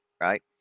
Right